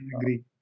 agree